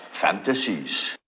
fantasies